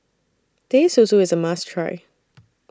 Teh Susu IS A must Try